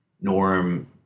Norm